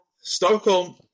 Stockholm